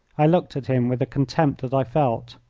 i looked at him with the contempt that i felt.